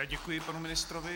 Děkuji panu ministrovi.